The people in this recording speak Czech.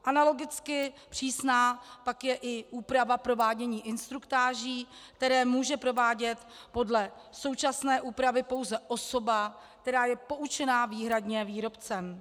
Analogicky přísná pak je i úprava provádění instruktáží, které může provádět podle současné úpravy pouze osoba, která je poučena výhradně výrobcem.